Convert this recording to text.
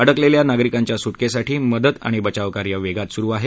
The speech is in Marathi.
अडकलेल्या नागरिकांच्या सुटकेसाठी मदत आणि बचावकार्य वेगात सुरु आहे